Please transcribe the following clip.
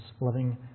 loving